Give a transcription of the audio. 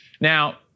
Now